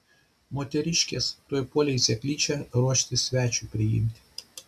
moteriškės tuoj puolė į seklyčią ruoštis svečiui priimti